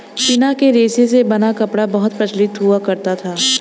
पिना के रेशे से बना कपड़ा बहुत प्रचलित हुआ करता था